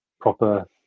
proper